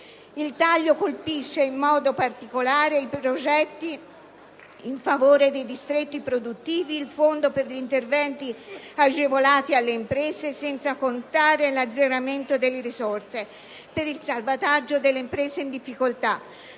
Il taglio colpisce in modo particolare i progetti in favore dei distretti produttivi, il Fondo per gli interventi agevolati alle imprese, senza contare l'azzeramento delle risorse per il salvataggio delle imprese in difficoltà,